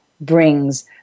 brings